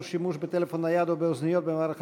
שימוש בטלפון נייד או באוזניות במעבר חציה),